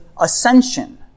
ascension